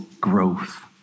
growth